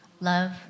Love